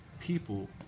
people